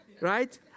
right